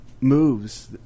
moves